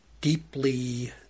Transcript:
deeply